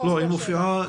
וזו לא החלטה שלנו,